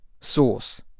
Source